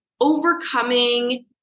overcoming